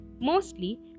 mostly